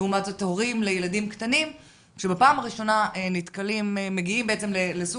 לעומת זאת הורים לילדים קטנים שבפעם הראשונה מגיעים למצב